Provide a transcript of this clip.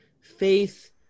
faith